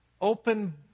open